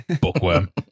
Bookworm